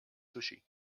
sushi